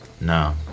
No